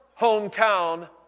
hometown